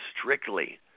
strictly